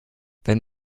wenn